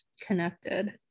connected